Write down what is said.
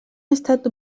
estat